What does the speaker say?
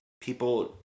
People